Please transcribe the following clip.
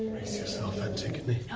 brace yourself, antigone.